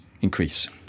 increase